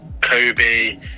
Kobe